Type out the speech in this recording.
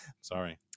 Sorry